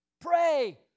Pray